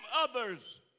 others